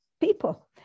people